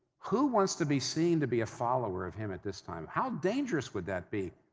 who wants to be seen to be a follower of him at this time? how dangerous would that be?